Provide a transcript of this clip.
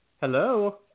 Hello